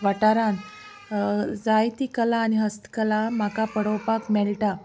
वाठारान जायती कला आनी हस्तकला म्हाका पळोवपाक मेळटा